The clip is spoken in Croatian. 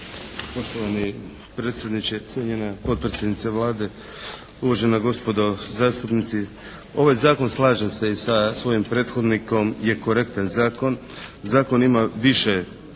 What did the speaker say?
Poštovani predsjedniče, cijenjena potpredsjednice Vlade, uvažena gospodo zastupnici. Ovaj zakon slažem se i sa svojim prethodnikom je korektan zakon. Zakon ima više poruka,